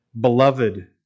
beloved